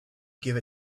give